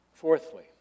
Fourthly